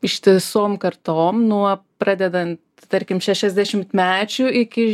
ištisom kartom nuo pradedant tarkim šešiasdešimtmečių iki